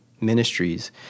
ministries